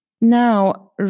Now